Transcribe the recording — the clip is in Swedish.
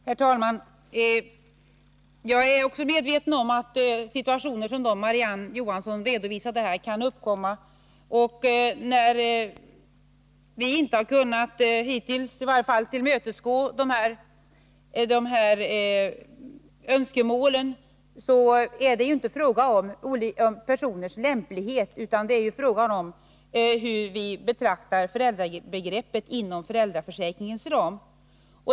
Herr talman! Jag är också medveten om att situationer som dem Marie-Ann Johansson redovisade kan uppkomma. När vi, hittills i varje fall, inte har kunnat tillmötesgå de här önskemålen, är det inte fråga om personers lämplighet, utan det är fråga om hur vi betraktar föräldrabegreppet inom föräldraförsäkringens ram.